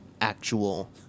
actual